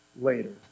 later